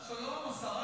שלום, השרה.